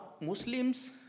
Muslims